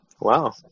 Wow